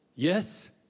Yes